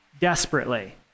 Desperately